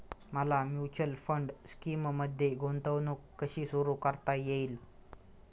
मला mutual fund स्कीममध्ये गुंतवणूक कशी सुरू करता येईल?